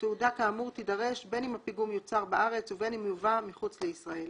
תעודה כאמור תידרש בין אם הפיגום יוצר בארץ ובין אם יובא מחוץ לישראל.